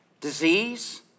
disease